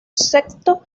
sexto